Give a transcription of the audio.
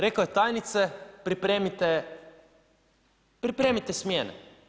Rekao je tajnice pripremite, pripremite smjene.